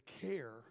care